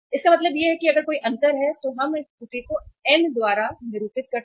इसका मतलब यह है कि अगर कोई अंतर है तो हम इस त्रुटि को N द्वारा निरूपित करते हैं